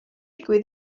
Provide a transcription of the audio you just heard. digwydd